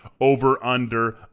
over-under